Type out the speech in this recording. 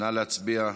נא להצביע.